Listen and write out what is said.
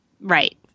Right